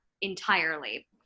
entirely